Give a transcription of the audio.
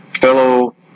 fellow